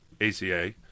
ACA